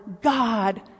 God